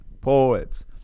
poets